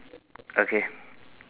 okay